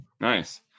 nice